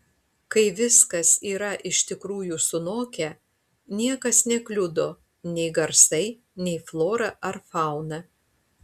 kai viskas yra iš tikrųjų sunokę niekas nekliudo nei garsai nei flora ar fauna